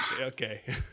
Okay